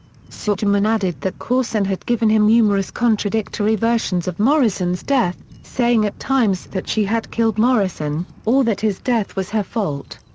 sugerman added that courson had given him numerous contradictory versions of morrison's death, saying at times that she had killed morrison, or that his death was her fault.